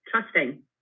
trusting